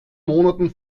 monaten